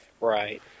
Right